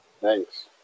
Thanks